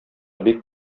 бик